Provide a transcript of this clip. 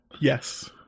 Yes